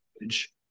language